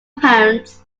parents